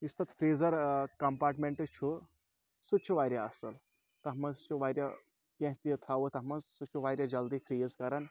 یُس تَتھ freezer compartment چھُ سُہ تہِ چھُ واریاہ اَصٕل تَتھ منٛز چھُ واریاہ کینٛہہ تہِ تھاووٚ تَتھ منٛز سُہ چھُ واریاہ جلدی فرٛیٖز کَران